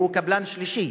הוא קבלן שלישי,